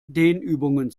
dehnübungen